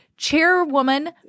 chairwoman